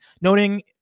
noting